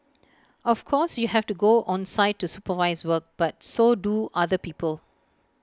of course you have to go on site to supervise work but so do other people